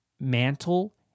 Mantle